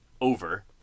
over